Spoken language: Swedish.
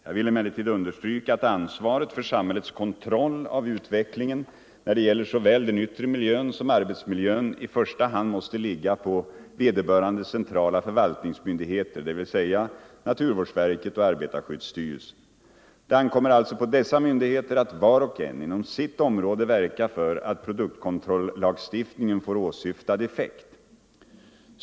Jag vill emellertid understryka att ansvaret för samhällets kontroll av utvecklingen när det gäller såväl den yttre miljön som arbetsmiljön i första hand måste ligga på vederbörande centrala förvaltningsmyndigheter, dvs. naturvårdsverket och arbetarskyddsstyrelsen. Det ankommer alltså på dessa myndigheter att var och en inom sitt område verka för att produktkontrollagstiftningen får åsyftad effekt.